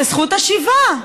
זה זכות השיבה,